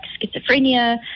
schizophrenia